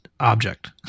object